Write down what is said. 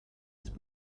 ist